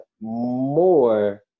more